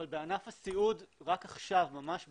בענף הסיעוד רק עכשיו ממש ביוני,